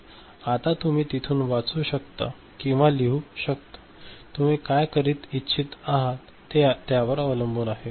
आता तुम्ही तिथून वाचू शकता किंवा लिहू शकता तुम्ही काय करत इच्छित आहे यावर ते अवलंबून आहे